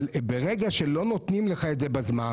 אבל ברגע שלא נותנים לך את זה בזמן